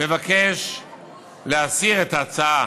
מבקש להסיר את ההצעה